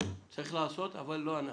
צריך לעשות, אבל לא אנחנו.